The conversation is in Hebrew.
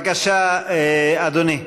בבקשה, אדוני,